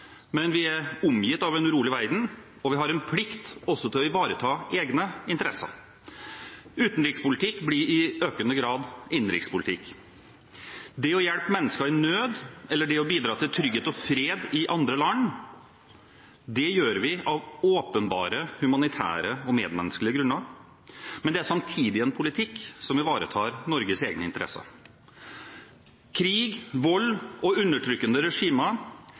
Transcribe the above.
men vi er omgitt av en urolig verden, og vi har en plikt også til å ivareta egne interesser. Utenrikspolitikk blir i økende grad innenrikspolitikk. Det å hjelpe mennesker i nød, eller det å bidra til trygghet og fred i andre land, gjør vi av åpenbart humanitære og medmenneskelige grunner, men det er samtidig en politikk som ivaretar Norges egne interesser. Krig, vold og undertrykkende regimer